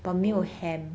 oh